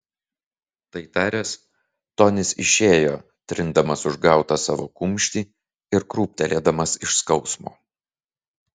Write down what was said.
tai taręs tonis išėjo trindamas užgautą savo kumštį ir krūptelėdamas iš skausmo